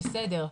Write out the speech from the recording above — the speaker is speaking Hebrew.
בסדר,